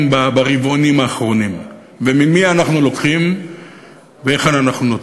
ברבעונים האחרונים וממי אנחנו לוקחים והיכן אנחנו נותנים.